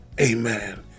Amen